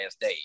day